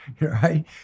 right